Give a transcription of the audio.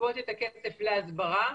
לגבות את הכסף להסברה.